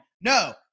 No